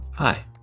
Hi